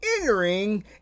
entering